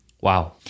Wow